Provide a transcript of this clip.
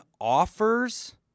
offers